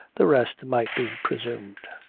the rest might be presumed.